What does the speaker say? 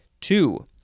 Two